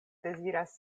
deziras